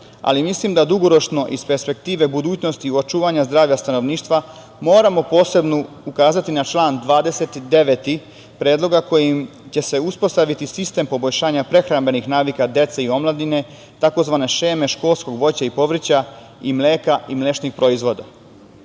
ali mislim da dugoročno, iz perspektive budućnosti, očuvanja zdravlja stanovništva, moramo posebno ukazati na član 29. predloga kojim će se uspostaviti sistem poboljšanja prehrambenih navika dece i omladine, tzv. šeme školskog voća i povrća i mleka i mlečnih proizvoda.